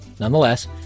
Nonetheless